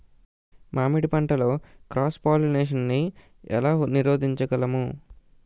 మామిడి పంటలో cross pollination నీ ఏల నీరోధించగలము?